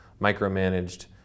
micromanaged